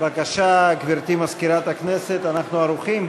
בבקשה, גברתי מזכירת הכנסת, אנחנו ערוכים.